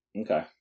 okay